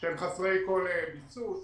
שהם חסרי כל ביסוס,